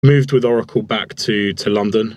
עברתי לאוראקל בחזרה ללונדון